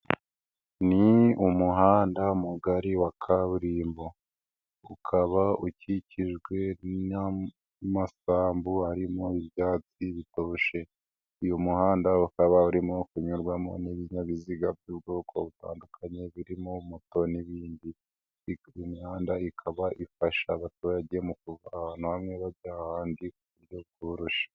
Ni umuhanda mugari wa kaburimbo, ukaba ukikijwe n'amasambu arimo ibyatsi bitoshye. Uyu muhanda ukaba urimo kunyurwamo n'ibinyabiziga by'ubwoko butandukanye, birimo moto n'ibindi. Iyi mihanda ikaba ifasha abaturage kuva ahantu hamwe bajya ahandi ku buryo bworoshye.